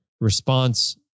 response